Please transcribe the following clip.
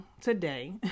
today